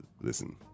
listen